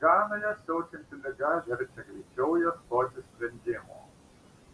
ganoje siaučianti liga verčia greičiau ieškoti sprendimų